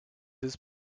his